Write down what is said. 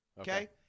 Okay